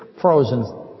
frozen